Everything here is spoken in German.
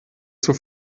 zur